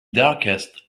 darkest